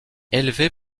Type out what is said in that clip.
élevé